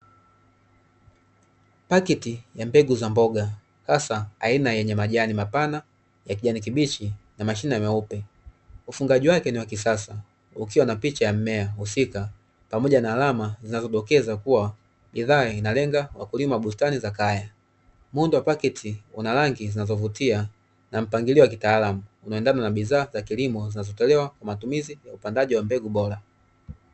Paketi ya mbegu za mboga, hasa aina yenye majani mapana ya kijani kibichi na mashina meupe, ufungaji wake ni wa kisasa, ukiwa na picha ya mmea husika pamoja na alama zinazodokeza kuwa bidhaa inalenga wakulima wa bustani za kaya. Muundo wa paketi una rangi zinazovutia na mpangilio wa kitaalamu, unaoendana na bidhaa za kilimo zinazotolewa kwa matumizi ya upandaji wa mbegu bora.